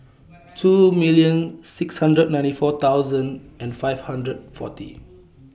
two million six hundred ninety four thousand and five hundred forty